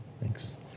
Thanks